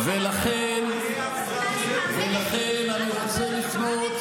ולכן אני רוצה לפנות,